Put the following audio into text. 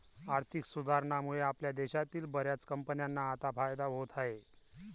आर्थिक सुधारणांमुळे आपल्या देशातील बर्याच कंपन्यांना आता फायदा होत आहे